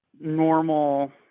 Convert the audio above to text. normal